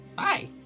Hi